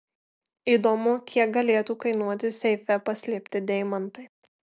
įdomu kiek galėtų kainuoti seife paslėpti deimantai